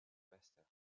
pasteur